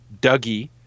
Dougie